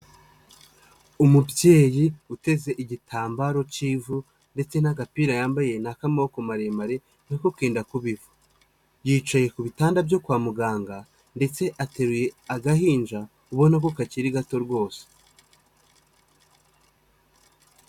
Umubyeyi uteze igitambaro k'ivu ndetse n'agapira yambaye ni ak'amaboko maremare nako kenda kuba ivu. Yicaye ku bitanda byo kwa muganga ndetse ateruye agahinja ubona ko kakiri gato rwose.